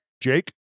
Jake